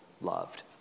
loved